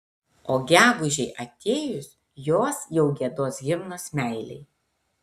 o gegužei atėjus jos jau giedos himnus meilei